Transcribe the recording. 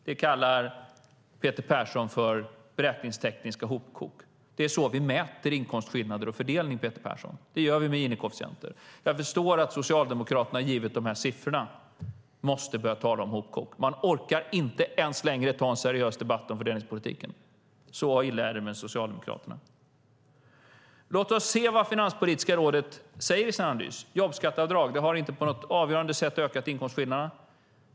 Detta kallar Peter Persson för beräkningstekniska hopkok. Men det är så vi mäter inkomstskillnader och fördelning, Peter Persson. Det gör vi med Gini-koefficienter. Men jag förstår att Socialdemokraterna, givet de här siffrorna, måste börja tala om hopkok. Man orkar inte ens längre ta en seriös debatt om fördelningspolitiken. Så illa är det med Socialdemokraterna. Låt oss se vad Finanspolitiska rådet säger i sin analys. Jobbskatteavdrag har inte på något avgörande sätt ökat inkomstskillnaderna.